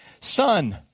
son